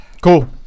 Cool